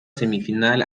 semifinal